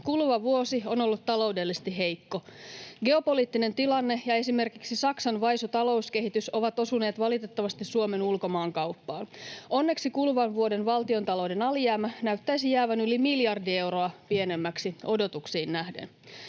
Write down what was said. Kuluva vuosi on ollut taloudellisesti heikko. Geopoliittinen tilanne ja esimerkiksi Saksan vaisu talouskehitys ovat osuneet valitettavasti Suomen ulkomaankauppaan. Onneksi kuluvan vuoden valtiontalouden alijäämä näyttäisi jäävän yli miljardi euroa pienemmäksi odotuksiin nähden.